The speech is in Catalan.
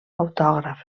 autògrafs